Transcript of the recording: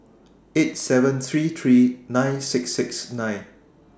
eight seven three three nine six six nine